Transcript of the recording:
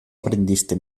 aprendiste